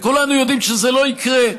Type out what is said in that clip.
כולנו יודעים שזה לא יקרה.